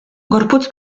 gorputz